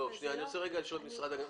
אני רוצה לשאול את נציגי המשרד להגנת הסביבה,